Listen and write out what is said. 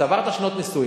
צברת שנות נישואים.